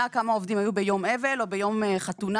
וכמה עובדים היו ביום אבל או ביום חתונה,